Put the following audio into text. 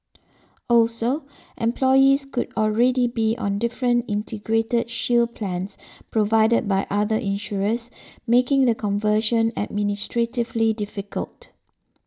also employees could already be on different Integrated Shield plans provided by other insurers making the conversion administratively difficult